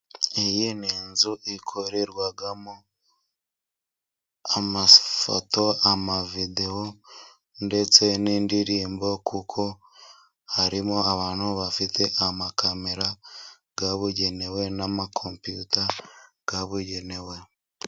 Iyi ni inzu ikorerwamo amafoto, amavidewo, ndetse n'indirimbo, kuko harimo abantu bafite amakamera yabugenewe, ndetse n'amakompiyuta yabugenewe.